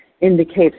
indicates